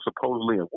supposedly